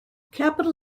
capital